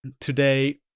today